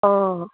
অঁ